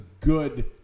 good